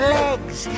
legs